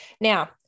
Now